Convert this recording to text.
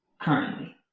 currently